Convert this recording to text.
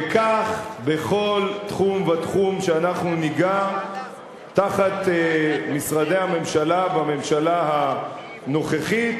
וכך בכל תחום ותחום שאנחנו ניגע תחת משרדי הממשלה בממשלה הנוכחית.